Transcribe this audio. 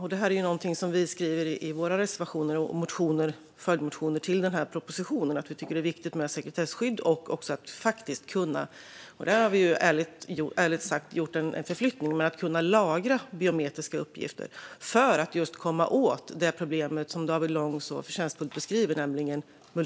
Här har vi, ärligt sagt, gjort en förflyttning, och i våra reservationer och följdmotioner till propositionen skriver vi att vi tycker att det är viktigt med sekretesskydd och också att faktiskt kunna lagra biometriska uppgifter just för att komma åt problemet med multipla identiteter som David Lång så förtjänstfullt beskriver.